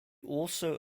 also